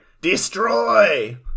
Destroy